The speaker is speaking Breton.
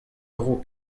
dro